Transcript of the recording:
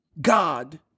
God